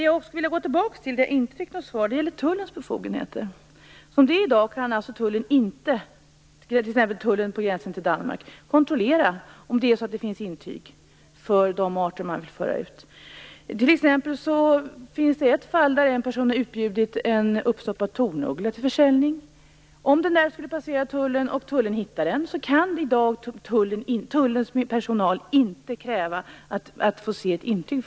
Jag fick inget svar på mina frågor om Tullens befogenheter. I dag kan Tullen, t.ex. vid gränsen till Danmark, inte göra kontroller om det finns intyg för de arter som man vill föra ut. Det finns ett fall då en person har utbjudit en uppstoppad tornuggla till försäljning. Om den skulle passera tullen och hittas kan Tullens personal i dag inte kräva att få se ett intyg.